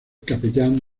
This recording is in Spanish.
capellán